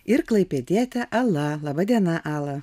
ir klaipėdiete ala laba diena ala